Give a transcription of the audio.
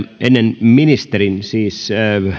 ennen ministerin siis